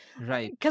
Right